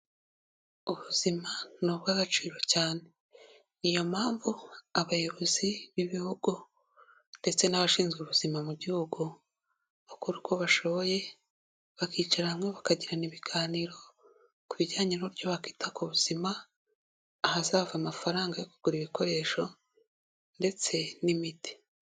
Ubuzima ni ubw'agaciro cyane. Ni iyo mpamvu abayobozi b'ibihugu ndetse n'abashinzwe ubuzima mu gihugu bakora uko bashoboye bakicara hamwe bakagirana ibiganiro ku bijyanye n'uburyo bakita ku buzima, ahazava amafaranga yo kugura ibikoresho ndetse n'imiti.